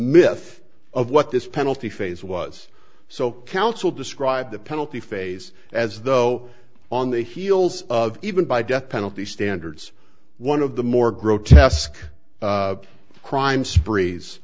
myth of what this penalty phase was so counsel described the penalty phase as though on the heels of even by death penalty standards one of the more grotesque crime spree